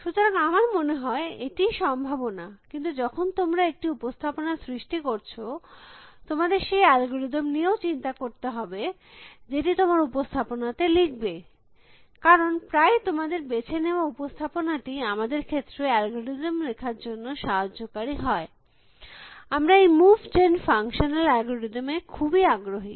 সুতরাং আমার মনে হয় এটিই সম্ভাবনা কিন্তু যখন তোমরা একটি উপস্থাপনা সৃষ্টি করছ তোমাদের সেই অ্যালগরিদম নিয়েও চিন্তা করতে হবে যেটি তোমরা উপস্থাপনা তে লিখবে কারণ প্রায়ই তোমাদের বেছে নেওয়া উপস্থাপনাটি আমাদের ক্ষেত্রে অ্যালগরিদম লেখার জন্য সাহায্যকারী হয় আমরা এই মুভ জেন ফাংশনাল অ্যালগরিদম এ খুবই আগ্রহী